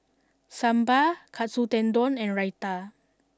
Sambar Katsu Tendon and Raita